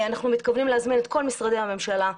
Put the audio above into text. אנחנו מתכוונים להזמין את כל משרדי הממשלה,